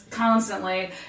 constantly